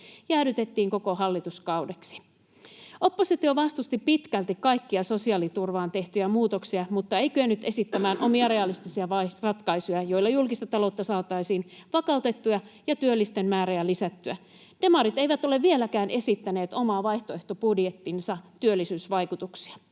jäädytettiin koko hallituskaudeksi. Oppositio vastusti pitkälti kaikkia sosiaaliturvaan tehtyjä muutoksia mutta ei kyennyt esittämään omia realistisia ratkaisujaan, joilla julkista taloutta saataisiin vakautettua ja työllisten määrää lisättyä. Demarit eivät ole vieläkään esittäneet oman vaihtoehtobudjettinsa työllisyysvaikutuksia.